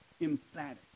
emphatic